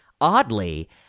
oddly